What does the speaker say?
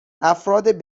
افراد